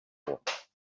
droit